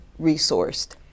resourced